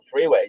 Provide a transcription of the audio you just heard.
freeways